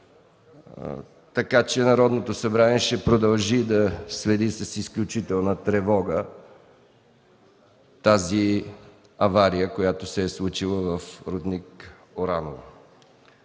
Така че Народното събрание ще продължи да следи с изключителна тревога аварията, която се е случила в рудник „Ораново”.